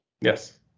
Yes